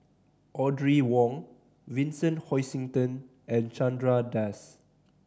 Audrey Wong Vincent Hoisington and Chandra Das